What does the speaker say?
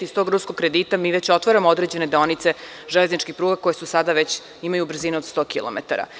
Iz tog ruskog kredita mi već otvaramo određene deonice železničkih pruga koje sada već imaju brzinu od 100 kilometara.